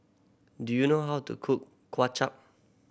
do you know how to cook Kway Chap